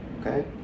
okay